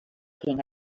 king